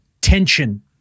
Tension